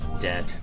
dead